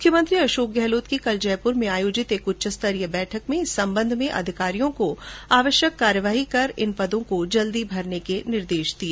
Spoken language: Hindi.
मुख्यमंत्री अशोक गहलोत ने कल जयपुर में आयोजित एक उच्च स्तरीय बैठक में इस सम्बन्ध में अधिकारियों को आवश्यक कार्यवाही कर इन पदों को जल्द भरने के निर्देश दिए